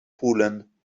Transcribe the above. pulen